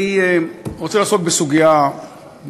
אני רוצה לעסוק דווקא בסוגיה מדינית,